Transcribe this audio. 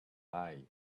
eye